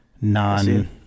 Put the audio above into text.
non